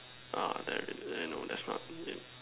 orh there is eh no there's not is it